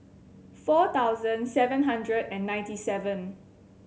four thousand seven hundred and ninety seven